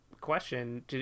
question